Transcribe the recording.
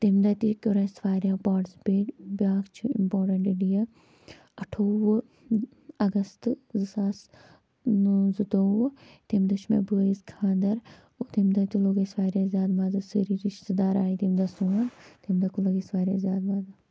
تٔمۍ دۄہ تہِ کٔر اَسہِ واریاہ پاٹٕسٕپیٹ بیاکھ چھِ اِمپاٹَنٛٹ ڈیٹ اَٹھووُہ اَگست زٕ ساس زٕتووُہ تٔمۍ دۄہ چھِ مےٚ بٲیِس خانٛدَر تٔمۍ دۄہ تہِ لوٚگ اَسہِ واریاہ زیادٕ مَزٕ سٲری رِشتہٕ دار آیہِ تٔمۍ دۄہ سون تٔمۍ دۄہ لوٚگ اَسہِ واریاہ زیادٕ مَزٕ